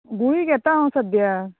गुळी घेता हांव सद्यां